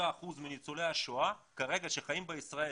85% מניצולי השואה שחיים כרגע בישראל,